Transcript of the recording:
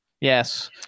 Yes